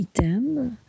item